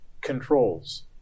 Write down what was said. controls